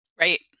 Right